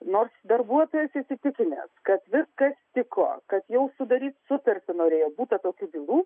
nors darbuotojas įsitikinęs kad viskas tiko kad jau sudaryt sutartį norėjo būta tokių bylų